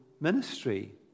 ministry